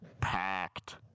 packed